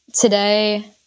Today